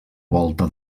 volta